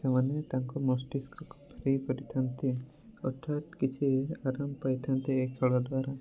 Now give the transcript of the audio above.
ସେମାନେ ତାଙ୍କ ମସ୍ତିଷ୍କକୁ ଫ୍ରି କରିଥାନ୍ତି ଅର୍ଥାତ୍ କିଛି ଆରାମ ପାଇଥାନ୍ତି ଏହି ଖେଳ ଦ୍ଵାରା